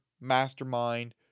mastermind